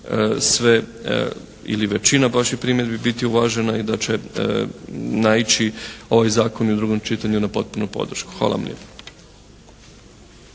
sve ili većina vaših primjedbi biti uvažena i da će naići ovi zakoni u drugom čitanju na potpunu podršku. Hvala vam lijepa.